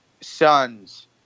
sons